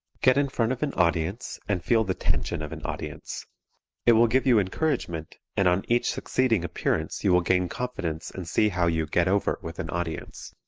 get in front of an audience and feel the tension of an audience it will give you encouragement, and on each succeeding appearance you will gain confidence and see how you get over with an audience.